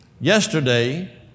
yesterday